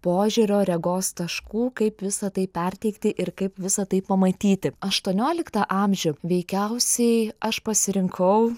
požiūrio regos taškų kaip visa tai perteikti ir kaip visa tai pamatyti aštuonioliktą amžių veikiausiai aš pasirinkau